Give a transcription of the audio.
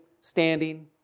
standing